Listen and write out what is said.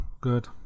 Good